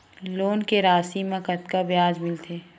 Loan के राशि मा कतका ब्याज मिलथे?